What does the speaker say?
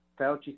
Fauci